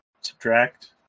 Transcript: subtract